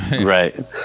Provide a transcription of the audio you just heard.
Right